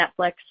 Netflix